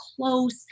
close